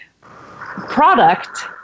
product